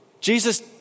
Jesus